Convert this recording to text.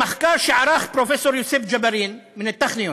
במחקר שערך פרופ' יוסף ג'בארין מן הטכניון,